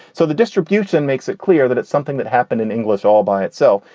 so the distribution makes it clear that it's something that happened in english all by itself.